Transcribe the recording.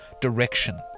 direction